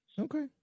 Okay